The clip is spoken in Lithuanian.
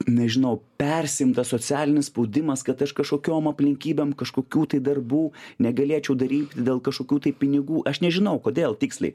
nežinau persiimta socialinis spaudimas kad aš kažkokiom aplinkybėm kažkokių tai darbų negalėčiau daryti dėl kažkokių tai pinigų aš nežinau kodėl tiksliai